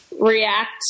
react